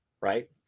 Right